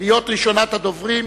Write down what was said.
להיות ראשונת הדוברים.